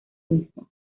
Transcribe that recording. mismo